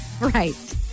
right